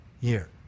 year